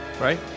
right